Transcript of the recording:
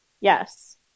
Yes